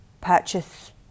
purchase